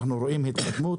אנחנו רואים התקדמות,